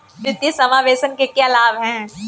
वित्तीय समावेशन के क्या लाभ हैं?